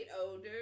older